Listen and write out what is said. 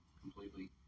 completely